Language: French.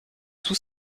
tout